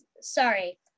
sorry